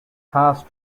pass